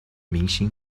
明星